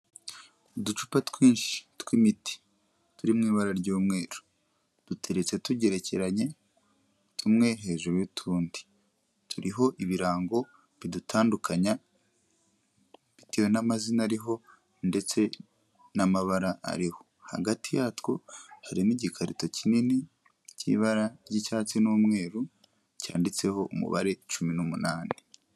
Uducupa twinshi tw'imiti, turi mu ibara ry'umweru, duteretse tugerekeranye, tumwe hejuru y'utundi, turiho ibirango bidutandukanya bitewe n'amazina ariho, ndetse n'amabara ariho, hagati yatwo harimo igikarito kinini cy'ibara ry'icyatsi n'umweru, cyanditseho umubare cumi n'umunani.